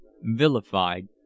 vilified